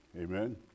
amen